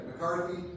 McCarthy